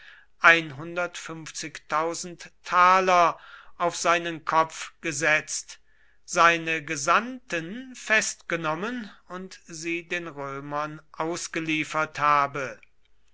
auf seinen kopf gesetzt seine gesandten festgenommen und sie den römern ausgeliefert habe